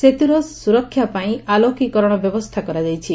ସେତୁର ସୁରକ୍ଷା ପାଇଁ ଆଲୋକିକରଣ ବ୍ୟବସ୍ରା କରାଯାଇଛି